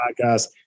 podcast